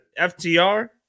FTR